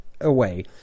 away